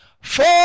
Four